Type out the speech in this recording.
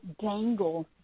dangle